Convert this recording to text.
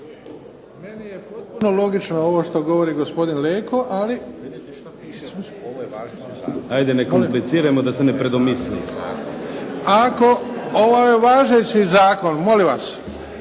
Ako, ovo je važeći zakon, molim vas.